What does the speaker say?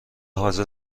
حاضر